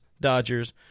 Dodgers